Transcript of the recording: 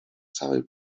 całej